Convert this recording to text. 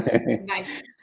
Nice